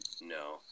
No